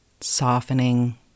softening